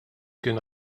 kien